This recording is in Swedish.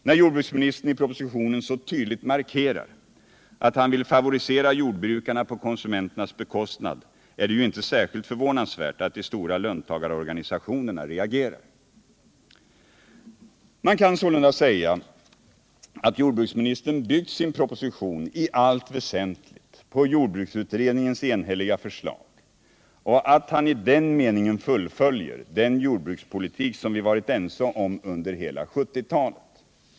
När jordbruksministern i propositionen så tydligt markerar att han vill favorisera jordbrukarna på konsumenternas bekostnad är det ju inte särskilt förvånansvärt att de stora löntagarorganisationerna reagerar. Man kan sålunda säga att jordbruksministern byggt sin proposition i allt väsentligt på jordbruksutredningens enhälliga förslag och att han — Nr 54 i den meningen fullföljer den jordbrukspolitik som vi varit ense om Fredagen den under hela 1970-talet.